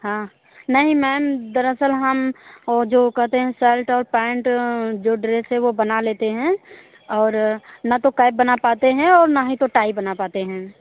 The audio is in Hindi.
हाँ नहीं मैम दरअसल हम वो जो कहते हैं शर्ट और पैंट जो ड्रेस है वो बना लेते हैं और न तो कैप बना पाते हैं और न ही तो टाई बना पाते हैं